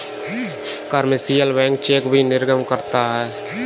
commercial bank chequebook भी निर्गम करता है